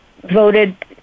voted